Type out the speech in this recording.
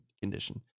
condition